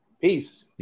Peace